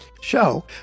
show